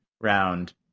round